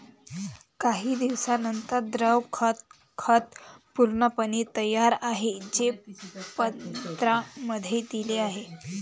काही दिवसांनंतर, द्रव खत खत पूर्णपणे तयार आहे, जे पत्रांमध्ये दिले आहे